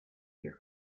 your